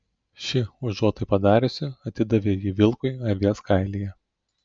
ši užuot tai padariusi atidavė jį vilkui avies kailyje